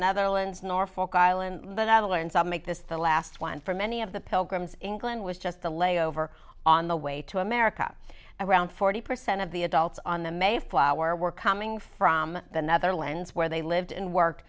netherlands norfolk island but i learned some make this the last one for many of the pilgrims england was just a layover on the way to america and around forty percent of the adults on the mayflower were coming from the netherlands where they lived and work